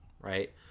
right